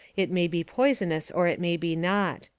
it may be poisonous or it may be not.